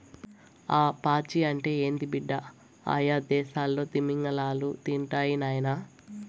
ఆ పాచి అంటే ఏంది బిడ్డ, అయ్యదేసాల్లో తిమింగలాలు తింటాయి నాయనా